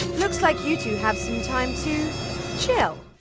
looks like you two have some time. to chill.